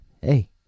Hey